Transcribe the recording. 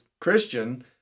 Christian